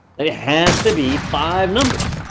it has to be five numbers.